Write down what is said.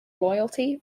loyalty